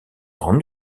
grande